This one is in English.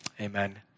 amen